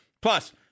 Plus